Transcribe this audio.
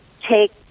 take